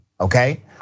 okay